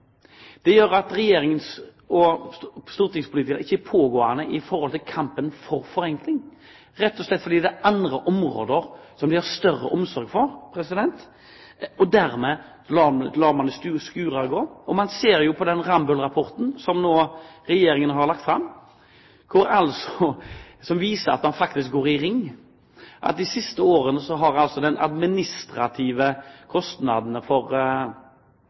det gjelder forenkling. Det gjør at Regjeringen og stortingspolitikerne ikke er pågående når det gjelder kampen for forenkling, rett og slett fordi det er andre områder som de har større omsorg for, og dermed lar man det skure og gå. Ser man på den Rambøll-rapporten som Regjeringen nå har lagt fram, viser den at man faktisk går i ring, at de administrative kostnadene for næringslivet de siste årene har